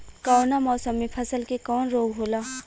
कवना मौसम मे फसल के कवन रोग होला?